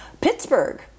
Pittsburgh